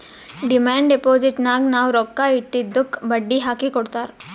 demand ಡಿಪೋಸಿಟ್ನಾಗ್ ನಾವ್ ರೊಕ್ಕಾ ಇಟ್ಟಿದ್ದುಕ್ ಬಡ್ಡಿ ಹಾಕಿ ಕೊಡ್ತಾರ್